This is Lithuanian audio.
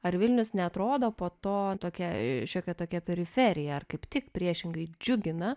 ar vilnius neatrodo po to tokia šiokia tokia periferija ar kaip tik priešingai džiugina